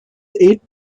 eight